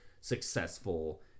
successful